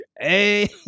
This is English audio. Hey